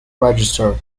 register